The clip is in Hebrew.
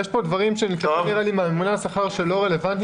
יש כאן דברים שנראה לי שהם מהממונה על השכר והם לא רלוונטיים.